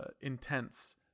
intense